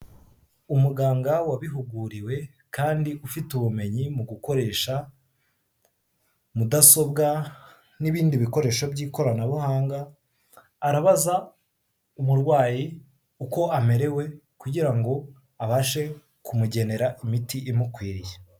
Umuganga wabihuguriwe kandi ufite ubumenyi mu gukoresha mudasobwa, n'ibindi bikoresho by'ikoranabuhanga, arabaza umurwayi uko amerewe kugira ngo abashe kumugenera imiti imukwiriye.